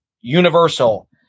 universal